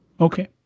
Okay